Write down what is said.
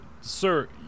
sir